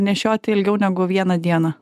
nešioti ilgiau negu vieną dieną